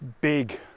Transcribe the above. big